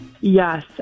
Yes